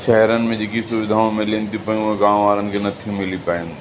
शहरनि में जेकी सुविधाऊं मिलनि थियूं पयूं उहे गाम वारनि खे न थियूं मिली पाइनि